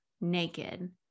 naked